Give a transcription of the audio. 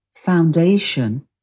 Foundation